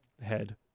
head